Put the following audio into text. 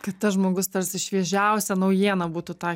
tai tas žmogus tarsi šviežiausią naujieną būtų tą